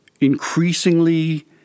increasingly